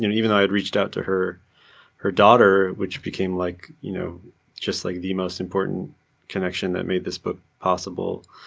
you know even though i had reached out to her her daughter, which became like you know just like the most important connection that made this book possible.